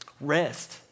Rest